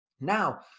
Now